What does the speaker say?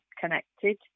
connected